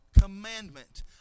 commandment